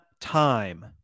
time